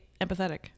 empathetic